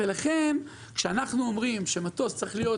לכן, כשאנחנו אומרים שמטוס צריך להיות